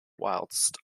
whilst